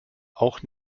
auch